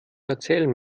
erzählen